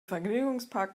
vergnügungspark